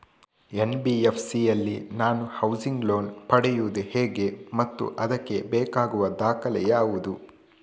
NBFC ಯಲ್ಲಿ ನಾನು housing loan ಪಡೆಯುದು ಹೇಗೆ ಮತ್ತು ಅದಕ್ಕೆ ಬೇಕಾಗುವ ದಾಖಲೆ ಯಾವುದು?